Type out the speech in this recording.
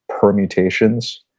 permutations